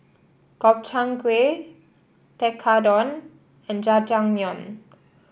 Gobchang Gui Tekkadon and Jajangmyeon